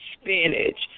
spinach